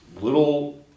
little